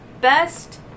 best